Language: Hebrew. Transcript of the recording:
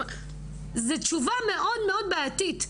זו תשובה מאוד מאוד בעייתית.